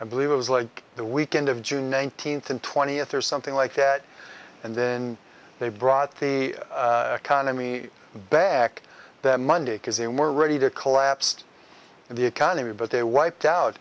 i believe it was like the weekend of june nineteenth and twentieth or something like that and then they brought the economy back that monday because they were ready to collapsed the economy but they wiped out